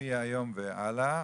ומהיום והלאה